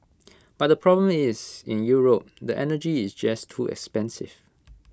but the problem is in Europe the energy is just too expensive